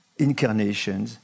incarnations